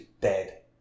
dead